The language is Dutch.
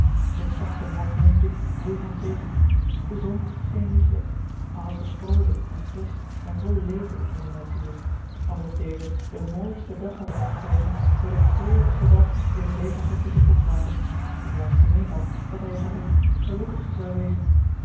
het zachte morgenwindje woei hem tegen de zon scheen liefelijk alles was vroolijk en frisch en vol leven in de natuur alsof deze den mooisten dag had uitgekozen voor den treurigsten dag in het leven van pieter botwater die juist gemeend had dat hij voor hem de gelukkigste zou wezen